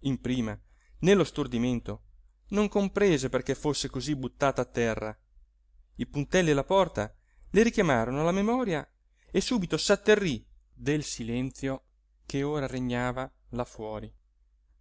in prima nello stordimento non comprese perché fosse cosí buttata a terra i puntelli alla porta le richiamarono la memoria e subito s'atterrí del silenzio che ora regnava là fuori